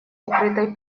укрытой